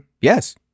yes